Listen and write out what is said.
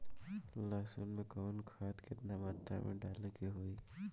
लहसुन में कवन खाद केतना मात्रा में डाले के होई?